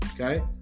okay